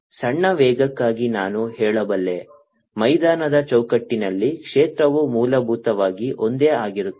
ಸಣ್ಣ ವೇಗಕ್ಕಾಗಿ ನಾನು ಹೇಳಬಲ್ಲೆ ಮೈದಾನದ ಚೌಕಟ್ಟಿನಲ್ಲಿ ಕ್ಷೇತ್ರವು ಮೂಲಭೂತವಾಗಿ ಒಂದೇ ಆಗಿರುತ್ತದೆ